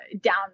down